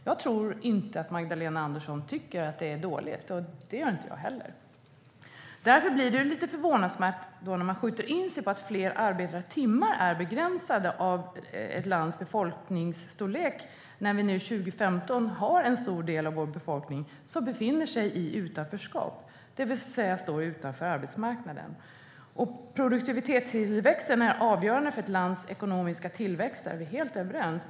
Jag tror inte att Magdalena Andersson tycker att detta är dåligt, och det gör inte jag heller. Det är förvånande att man skjuter in sig på att fler arbetade timmar är begränsade av ett lands befolkningsstorlek när en stor del av vår befolkning befinner sig i utanförskap, det vill säga står utanför arbetsmarknaden. Om att produktivitetstillväxten är avgörande för ett lands ekonomiska tillväxt är vi helt överens.